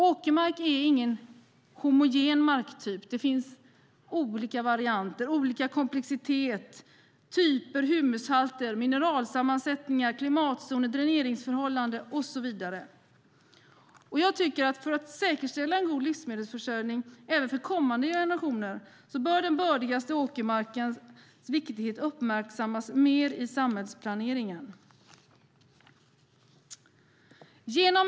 Åkermark är ingen homogen marktyp. Det finns olika varianter, olika komplexitet, typer, humushalter, mineralsammansättningar, klimatzoner, dräneringsförhållanden och så vidare. För att säkerställa en god livsmedelsförsörjning även för kommande generationer tycker jag att den bördigaste åkermarkens vikt bör uppmärksammas mer i samhällsplaneringen.